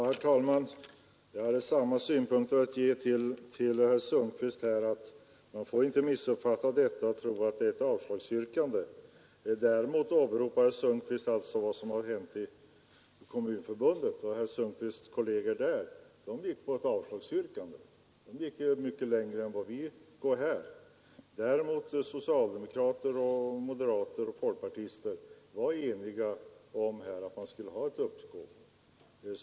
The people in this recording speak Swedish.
Herr talman! Liksom herr Magnusson i Borås vill också jag säga till herr Sundkvist att man inte får missuppfatta reservationen och tro att det är fråga om ett avslagsyrkande. Herr Sundkvist åberopade vad som hade hänt i Kommunförbundet. Där gick herr Sundkvists kolleger på ett avslagsyrkande — de gick alltså mycket längre än vi har gjort i reservationen. Däremot var socialdemokrater, moderater och folkpartister eniga om att man skulle ha ett uppskov.